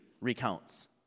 recounts